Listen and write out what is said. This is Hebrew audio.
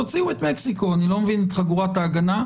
אז תוציאו את מקסיקו, אני לא מבין את חגורת ההגנה.